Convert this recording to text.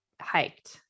hiked